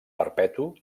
perpetu